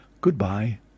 goodbye